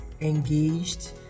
Engaged